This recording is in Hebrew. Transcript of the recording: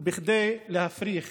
בכדי להפריך